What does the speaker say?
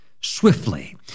swiftly